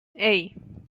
hey